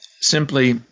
simply